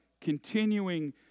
continuing